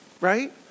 right